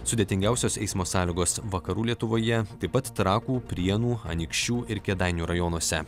sudėtingiausios eismo sąlygos vakarų lietuvoje taip pat trakų prienų anykščių ir kėdainių rajonuose